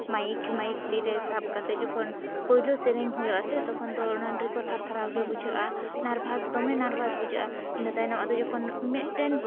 mic ᱢᱟᱭᱤᱠ ᱛᱤ ᱨᱮ ᱥᱟᱵᱽ ᱠᱟᱛᱮ ᱡᱚᱠᱷᱚᱱ ᱯᱩᱭᱞᱩ ᱥᱮᱨᱮᱧ ᱦᱩᱭᱩᱜᱼᱟ ᱥᱮ ᱛᱚᱠᱷᱚᱱ ᱫᱚ ᱱᱟᱹᱱᱰᱨᱤ ᱠᱚ ᱛᱷᱟᱨᱛᱷᱟᱨᱟᱣ ᱜᱮ ᱵᱩᱡᱷᱟᱹᱜᱼᱟ ᱱᱟᱨᱵᱷᱟᱥ ᱫᱚᱢᱮ ᱱᱟᱨᱵᱷᱟᱥ ᱵᱩᱡᱷᱟᱹᱜᱼᱟ ᱤᱱᱟᱹ ᱛᱟᱭᱱᱚᱢ ᱟᱫᱚ ᱡᱚᱠᱷᱚᱱ ᱢᱤᱫᱴᱮᱱ